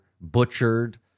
butchered